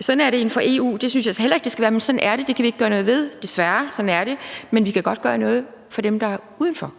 Sådan er det inden for EU. Sådan synes jeg heller ikke det skal være, men sådan er det, det kan vi ikke gøre noget ved, desværre. Sådan er det. Men vi kan godt gøre noget i forhold til dem, der er uden for